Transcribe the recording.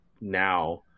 now